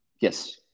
yes